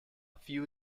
few